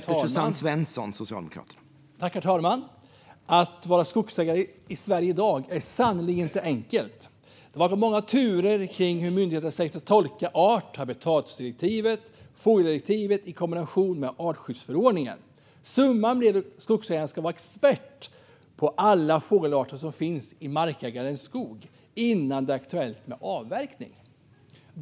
Herr talman! Att vara skogsägare i Sverige i dag är sannerligen inte enkelt. Det har varit många turer kring hur myndigheten säger sig tolka art och habitatdirektivet och fågeldirektivet i kombination med artskyddsförordningen. Summan blir att skogsägaren ska vara expert på alla fågelarter som finns i markägarens skog innan det är aktuellt med avverkning.